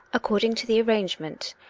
according to the arrangement.